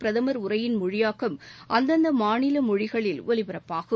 பிரதமர் உரையின் மொழியாக்கம் அந்தந்த மாநில மொழிகளில் ஒலிபரப்பாகும்